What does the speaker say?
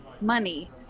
money